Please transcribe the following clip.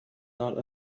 not